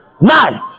nine